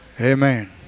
Amen